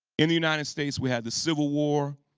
in the united states we had the civil war,